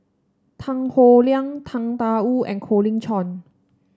Tan Howe Liang Tang Da Wu and Colin Cheong